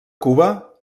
cuba